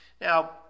Now